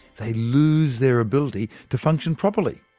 they lose their ability to function properly,